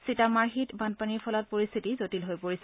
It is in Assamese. চিটামাৰ্হিত বানপানীৰ ফলত পৰিস্থিতি জটিল হৈ পৰিছে